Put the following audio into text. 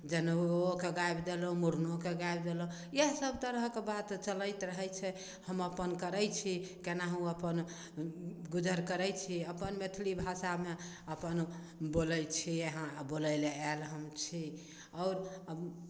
जनउओके गाबि देलहुॅं मुरनोके गाबि देलहुॅं इएह सब तरहक बात चलैत रहै छै हम अपन करै छी केनाहू अपन गुजर करै छी अपन मैथिली भाषामे अपन बोलै छी बोलय लए आयल हम छी आओर